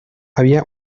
había